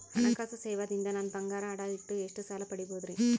ಹಣಕಾಸು ಸೇವಾ ದಿಂದ ನನ್ ಬಂಗಾರ ಅಡಾ ಇಟ್ಟು ಎಷ್ಟ ಸಾಲ ಪಡಿಬೋದರಿ?